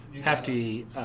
hefty